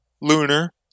lunar